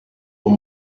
aux